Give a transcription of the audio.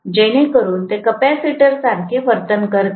जेणेकरून ते कॅपेसिटरसारखे वर्तन करते